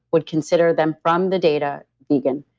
would consider them from the data vegan.